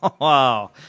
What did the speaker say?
Wow